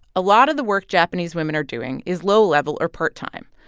a lot of the work japanese women are doing is low level or part time,